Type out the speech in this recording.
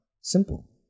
simple